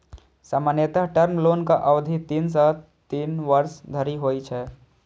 सामान्यतः टर्म लोनक अवधि तीन सं तीन वर्ष धरि होइ छै